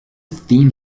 theme